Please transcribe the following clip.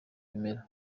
bimera